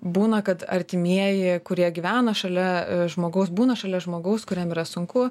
būna kad artimieji kurie gyvena šalia žmogaus būna šalia žmogaus kuriam yra sunku